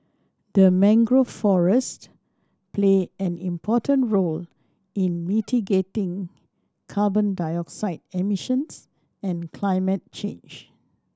the mangrove forest play an important role in mitigating carbon dioxide emissions and climate change